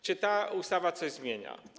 Czy ta ustawa coś zmienia?